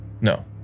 no